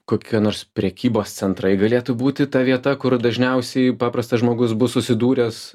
kokie nors prekybos centrai galėtų būti ta vieta kur dažniausiai paprastas žmogus bus susidūręs